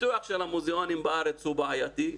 הפיתוח של המוזיאונים בארץ הוא בעייתי,